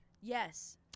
Yes